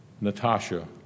Natasha